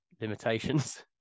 limitations